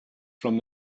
from